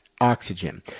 oxygen